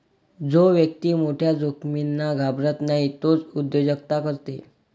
जो व्यक्ती मोठ्या जोखमींना घाबरत नाही तोच उद्योजकता करते